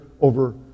over